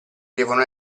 devono